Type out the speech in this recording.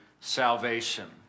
salvation